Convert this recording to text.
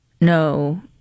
No